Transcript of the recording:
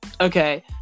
Okay